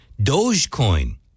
Dogecoin